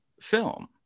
film